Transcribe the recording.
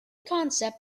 concept